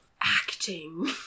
Acting